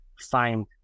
find